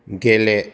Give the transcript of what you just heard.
गेले